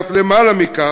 ואף למעלה מכך,